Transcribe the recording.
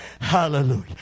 Hallelujah